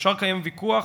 אפשר לקיים ויכוח,